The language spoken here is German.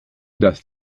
dass